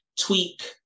tweak